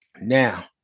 Now